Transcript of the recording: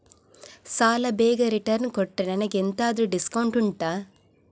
ಸಾಲ ಬೇಗ ರಿಟರ್ನ್ ಕೊಟ್ರೆ ನನಗೆ ಎಂತಾದ್ರೂ ಡಿಸ್ಕೌಂಟ್ ಉಂಟಾ